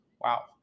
Wow